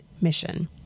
mission